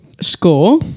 score